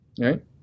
right